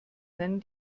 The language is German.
nennen